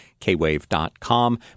kwave.com